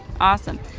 Awesome